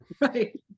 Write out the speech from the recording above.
right